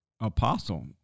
apostle